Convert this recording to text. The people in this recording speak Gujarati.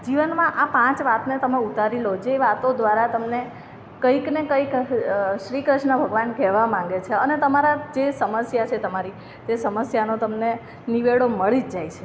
જીવનમાં આ પાંચ વાતને તમે ઉતારી લો જે વાતો દ્વારા તમને કંઈકને કંઈક શ્રી કૃષ્ણ ભગવાન કહેવા માગે છે અને તમારા જે સમસ્યા છે તમારી તે સમસ્યાનો તમને નિવેડો મળી જ જાય છે